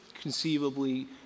conceivably